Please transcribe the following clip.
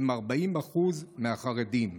עם 40% מהחרדים,